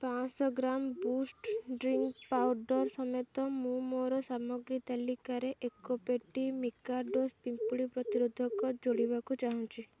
ପାଞ୍ଚଶହ gram boost drink powder ସମେତ ମୁଁ ମୋର ସାମଗ୍ରୀ ତାଲିକାରେ ଏକ ପେଟି ମିକାଡ଼ୋସ୍ ପିମ୍ପୁଡ଼ି ପ୍ରତିରୋଧକ ଯୋଡ଼ିବାକୁ ଚାହୁଁଛି